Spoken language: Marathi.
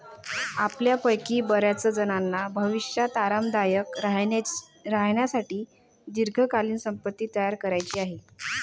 आपल्यापैकी बर्याचजणांना भविष्यात आरामदायक राहण्यासाठी दीर्घकालीन संपत्ती तयार करायची आहे